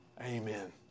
Amen